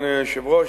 אדוני היושב-ראש,